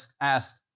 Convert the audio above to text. asked